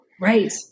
Right